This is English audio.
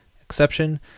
exception